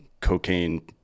cocaine